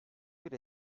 bir